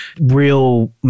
real